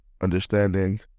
understanding